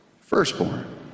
Firstborn